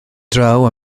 draw